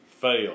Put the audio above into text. fail